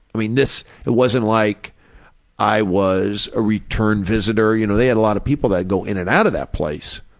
i mean, this it wasn't like i was a return visitor. you know, they have a lot of people that go in and out of that place.